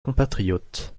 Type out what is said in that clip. compatriotes